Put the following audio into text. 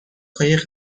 های